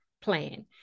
plan